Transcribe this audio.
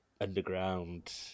underground